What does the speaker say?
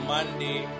Monday